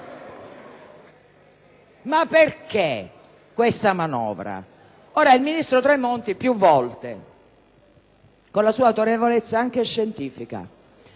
Ma perché questa manovra? Il ministro Tremonti più volte, con la sua autorevolezza anche scientifica,